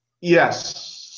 Yes